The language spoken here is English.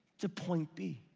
to point b.